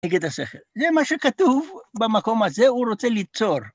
זה מה שכתוב במקום הזה, הוא רוצה ליצור.